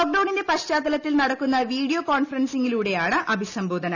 ലോക്ഡൌണിന്റെ പശ്ചാത്തലത്തിൽ നടക്കുന്ന വീഡിയോ കോൺഫറൻസിംഗിലൂടെയാണ് അഭിസംബോധന